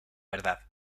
verdad